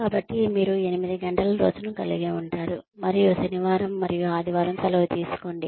కాబట్టి మీరు ఎనిమిది గంటల రోజును కలిగి ఉంటారు మరియు శనివారం మరియు ఆదివారం సెలవు తీసుకోండి